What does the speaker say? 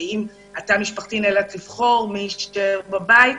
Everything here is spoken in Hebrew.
שאם התא המשפחתי נאלץ לבחור מי יישאר בבית,